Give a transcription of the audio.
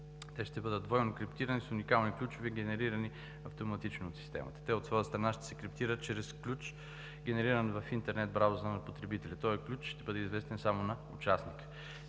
Те ще бъдат двойно криптирани с уникални ключове, генерирани автоматично от Системата. Те от своя страна ще се криптират чрез ключ, генериран в интернет браузъра на потребителя. Този ключ ще бъде известен само на участника.